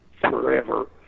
forever